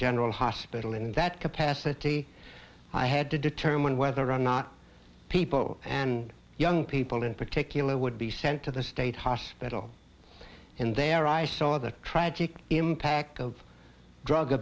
general hospital in that capacity i had to determine whether or not people and young people in particular would be sent to the state hospital and there i saw the tragic impact of drug